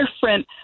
different